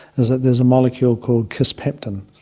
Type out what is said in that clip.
is that there's a molecule called kisspeptin,